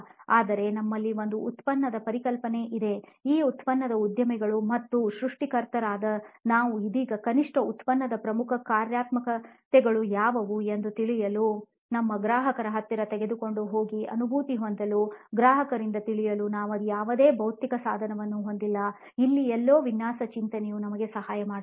ಆದರೆ ನಮ್ಮಲ್ಲಿ ಒಂದು ಉತ್ಪನ್ನದ ಪರಿಕಲ್ಪನೆ ಇದೆ ಈ ಉತ್ಪನ್ನದ ಉದ್ಯಮಿಗಳು ಮತ್ತು ಸೃಷ್ಟಿಕರ್ತರಾದ ನಾವು ಇದೀಗ ಕನಿಷ್ಠ ಉತ್ಪನ್ನದ ಪ್ರಮುಖ ಕ್ರಿಯಾತ್ಮಕತೆಗಳು ಯಾವುವು ಎಂದು ತಿಳಿಯಲು ನಮ್ಮ ಗ್ರಾಹಕರ ಹತ್ತಿರ ತೆಗೆದುಕೊಂಡು ಹೋಗಿ ಅನುಭೂತಿ ಹೊಂದಲು ಗ್ರಾಹಕರಿಂದ ತಿಳಿಯಲು ನಾವು ಯಾವುದೇ ಭೌತಿಕ ಸಾಧನವನ್ನು ಹೊಂದಿಲ್ಲ ಇಲ್ಲಿ ಎಲ್ಲೋ ವಿನ್ಯಾಸ ಚಿಂತನೆಯು ನಮಗೆ ಸಹಾಯ ಮಾಡಬಹುದು